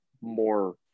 more